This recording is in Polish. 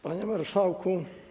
Panie Marszałku!